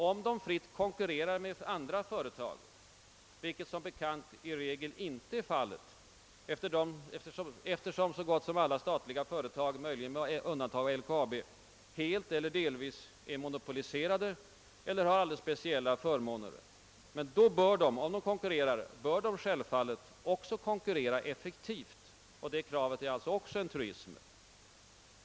Om de fritt konkurrerar med andra företag — vilket som bekant i regel inte är fallet, eftersom så gott som alla statliga företag, möjligen med undantag av LKAB, helt eller delvis är monopoliserade eller har alldeles speciella förmåner — bör de självfallet konkurrera effektivt. Detta krav är alltså också en truism.